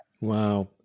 wow